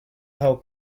how